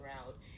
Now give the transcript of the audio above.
out